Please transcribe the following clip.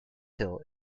hill